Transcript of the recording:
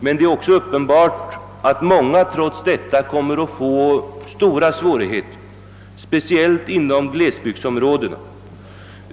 Men det är också uppenbart att många trots detta kommer att få stora svårigheter, speciellt inom glesbygdsområdena.